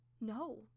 No